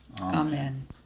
Amen